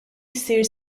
jsir